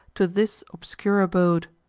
to this obscure abode.